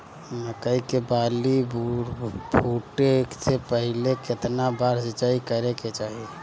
मकई के बाली फूटे से पहिले केतना बार सिंचाई करे के चाही?